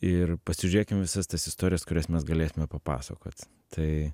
ir pasižiūrėkim visas tas istorijas kurias mes galėtume papasakot tai